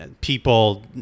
people